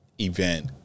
event